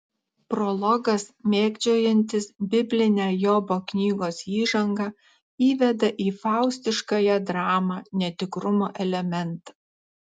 prologas mėgdžiojantis biblinę jobo knygos įžangą įveda į faustiškąją dramą netikrumo elementą